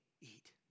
eat